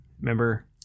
Remember